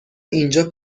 اینجا